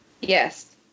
Yes